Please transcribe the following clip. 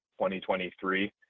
2023